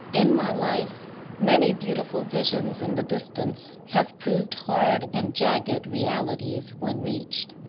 in my life many beautiful visions in the distance have proved hard and jagged realities when reached.